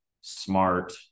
smart